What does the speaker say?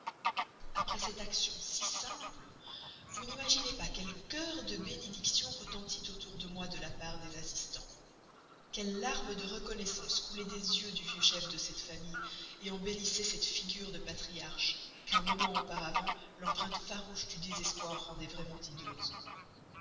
après cette action si simple vous n'imaginez pas quel chœur de bénédictions retentit autour de moi de la part des assistants quelles larmes de reconnaissance coulaient des yeux du vieux chef de cette famille embellissaient cette figure de patriarche qu'un moment auparavant l'empreinte farouche du désespoir rendait vraiment